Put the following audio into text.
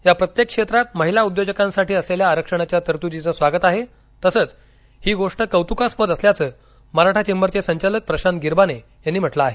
या प्रत्येक क्षेत्रात महिला उद्योजकांसाठी असलेल्या आरक्षणाच्या तरतूदीचं स्वागत आहे तसंच ही गोष्ट कौतुकास्पद असल्याचं मराठा चेंबरचे संचालक प्रशांत गिरबाने यांनी म्हटलं आहे